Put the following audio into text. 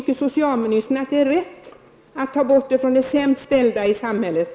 Tycker socialministern att det är rätt att ta bort det från de sämst ställda i samhället?